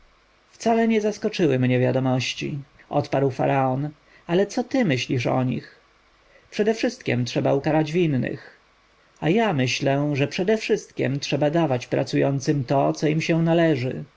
wcale nie zaskoczyły mnie te wiadomości odparł faraon ale co ty myślisz o nich przedewszystkiem trzeba ukarać winnych a ja myślę że przedewszystkiem trzeba dawać pracującym to co im się należy